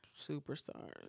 superstars